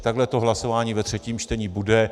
Takhle to v hlasování ve třetím čtení bude.